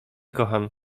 kocham